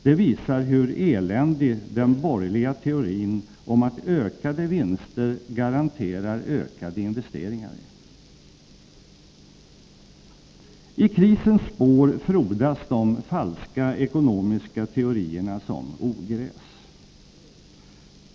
Det visar hur eländig den borgerliga teorin om att ökade vinster garanterar ökade investeringar är. I krisens spår frodas de falska ekonomiska teorierna som ogräs.